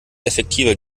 effektiver